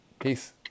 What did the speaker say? Peace